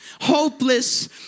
hopeless